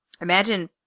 imagine